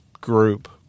group